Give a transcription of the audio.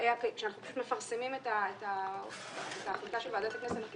כשאנחנו מפרסמים את ההחלטה של ועדת הכנסת אנחנו